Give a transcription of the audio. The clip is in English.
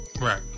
Right